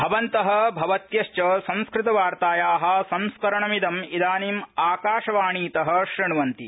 भवन्त भवत्यश्च संस्कृतवार्ताया संस्करणमिदं इदानीम् आकाशवाणीत श्रृण्वन्ति